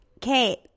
Kate